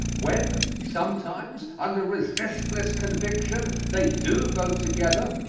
when, sometimes, under resistless conviction, they do vote together,